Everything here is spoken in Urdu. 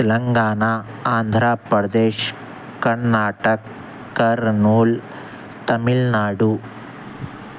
تلنگانہ آندھرا پردیش کرناٹک کرنول تمل ناڈو